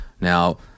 Now